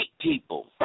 people